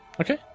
Okay